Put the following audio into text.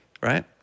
Right